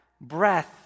breath